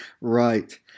Right